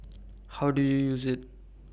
how do you use IT